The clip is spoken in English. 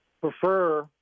prefer